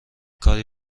کاری